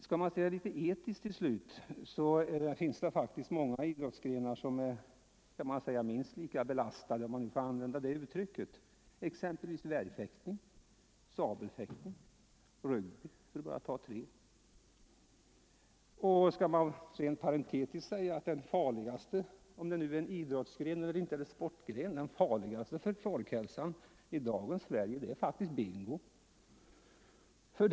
Skall man sedan till slut se litet etiskt på frågan finns det faktiskt många idrottsgrenar som är minst lika ”belastade”, om man nu får använda det uttrycket — värjfäktning, sabelfäktning, rugby för att bara ta tre exempel. Jag skall sedan parentetiskt säga att det farligaste för folkhälsan i dagens Sverige — om det nu är en idrottsgren — faktiskt är bingo.